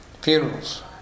Funerals